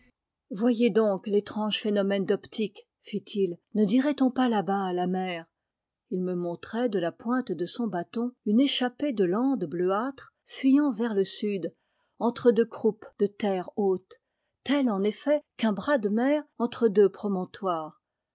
voyez donc l'étrange phénomène d'optique fit-il ne dirait-on pas là-bas la mer il me montrait de la pointe de son bâton une échappée de landes bleuâtres fuyant vers le sud entre deux croupes de terres hautes telle en effet qu'un bras de mer entre deux promontoires